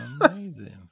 Amazing